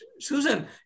Susan